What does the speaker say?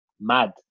mad